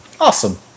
Awesome